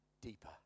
deeper